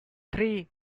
three